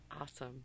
Awesome